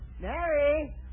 Mary